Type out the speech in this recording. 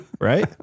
Right